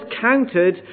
counted